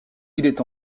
est